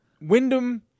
Wyndham